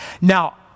Now